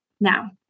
Now